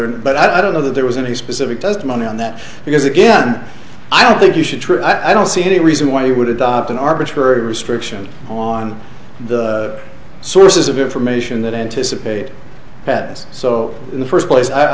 but i don't know that there was any specific testimony on that because again i don't think you should try i don't see any reason why you would adopt an arbitrary restriction on the sources of information that anticipate heads so in the first place i